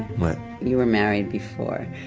what? you were married before,